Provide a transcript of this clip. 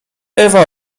ewa